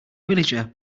villager